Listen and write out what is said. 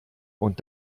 und